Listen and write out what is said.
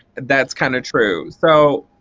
that's kind of true. so